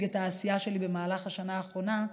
את העשייה שלי במהלך השנה האחרונה,